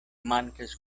mankas